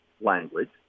language